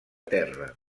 terra